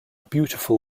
beautiful